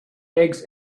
eggs